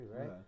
right